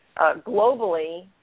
globally